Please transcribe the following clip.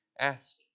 ask